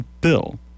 bill